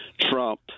Trump